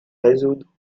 résoudre